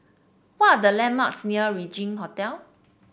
what are the landmarks near Regin Hotel